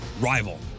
rival